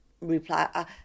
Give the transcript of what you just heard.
reply